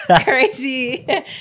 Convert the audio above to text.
crazy